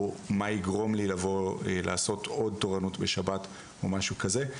או מה יגרום לי לבוא לעשות עוד תורנות בשבת או משהו כזה,